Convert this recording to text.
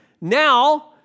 Now